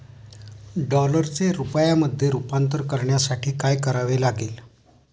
डॉलरचे रुपयामध्ये रूपांतर करण्यासाठी काय करावे लागेल?